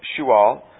Shual